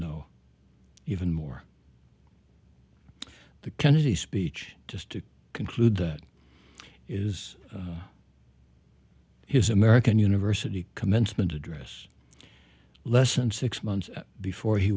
know even more the kennedy speech just to conclude that is his american university commencement address lesson six months before he